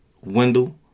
wendell